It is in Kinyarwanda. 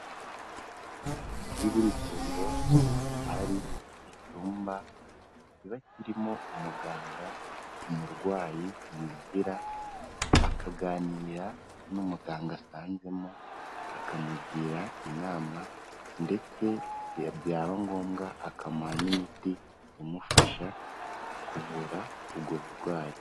Muri buri vuriro haba hari icyumba kiba kirimo umuganga umurwayi yinjira akaganira n'umuganga asanzemo akamugira inama, ndetse ya byaba ngombwa akamuha n'imiti imufasha kuvura ubwo burwayi.